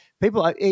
people